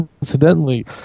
incidentally